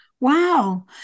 Wow